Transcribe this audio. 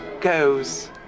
goes